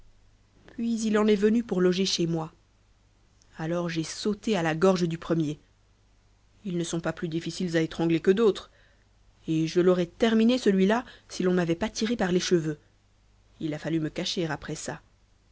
puis il en est venu pour loger chez moi alors j'ai sauté à la gorge du premier ils ne sont pas plus difficiles à étrangler que d'autres et je l'aurais terminé celui-là si l'on ne m'avait pas tirée par les cheveux il a fallu me cacher après ça